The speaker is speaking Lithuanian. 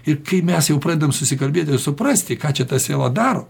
ir kai mes jau pradedam susikalbėti ir suprasti ką čia ta siela daro